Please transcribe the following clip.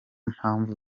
mpamvu